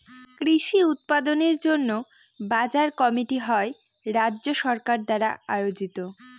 কৃষি উৎপাদনের জন্য বাজার কমিটি হয় রাজ্য সরকার দ্বারা আয়োজিত